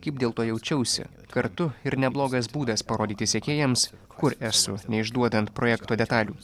kaip dėl to jaučiausi kartu ir neblogas būdas parodyti sekėjams kur esu neišduodant projekto detalių